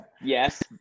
yes